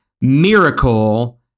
Miracle